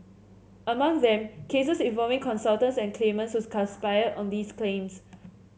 among them cases involving consultants and claimants whose conspired on these claims